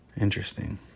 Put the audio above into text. Interesting